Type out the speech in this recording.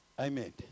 Amen